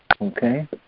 Okay